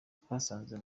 twasanze